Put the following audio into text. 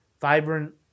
vibrant